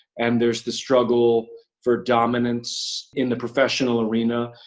and there's the struggle for dominance in the professional arena,